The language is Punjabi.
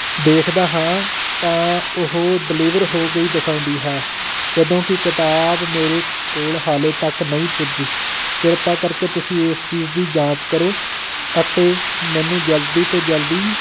ਦੇਖਦਾ ਹਾਂ ਤਾਂ ਉਹ ਡਿਲੀਵਰ ਹੋ ਗਈ ਦਿਖਾਉਂਦੀ ਹੈ ਜਦੋਂ ਕਿ ਕਿਤਾਬ ਮੇਰੇ ਕੋਲ ਹਾਲੇ ਤੱਕ ਨਹੀਂ ਪੁੱਜੀ ਕਿਰਪਾ ਕਰਕੇ ਤੁਸੀਂ ਇਸ ਚੀਜ਼ ਦੀ ਜਾਂਚ ਕਰੋ ਅਤੇ ਮੈਨੂੰ ਜਲਦੀ ਤੋਂ ਜਲਦੀ